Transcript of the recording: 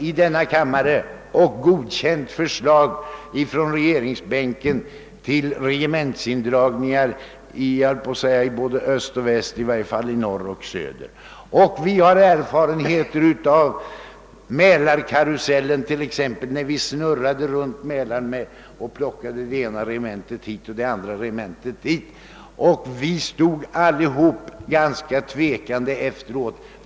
I denna kammare har vi varit med om att godkänna förslag från regeringsbänken till regementsindragningar i såväl öst som väst, eller i varje fall i både norr och söder. Vi har t.ex. erfarenheter av »mälarkarusellen». Jag avser den period då vi snurrade runt Mälaren och plockade det ena regementet hit och det andra dit. Vi står alla ganska tvekande efteråt.